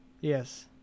Yes